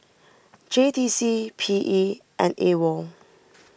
J T C P E and Awol